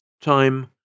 Time